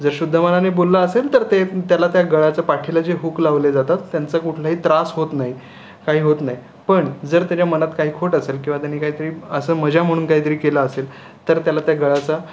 जर शुद्ध मनाने बोलला असेल तर ते त्याला त्या गळाच्या पाठीला जे हुक लावले जातात त्यांचा कुठलाही त्रास होत नाही काही होत नाही पण जर त्याच्या मनात काही खोट असेल किंवा त्याने काहीतरी असं मजा म्हणून काहीतरी केलं असेल तर त्याला त्या गळाचा